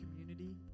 community